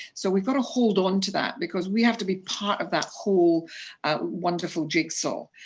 so we've got to hold on to that, because we have to be part of that whole wonderful jigsaw.